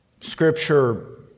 Scripture